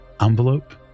envelope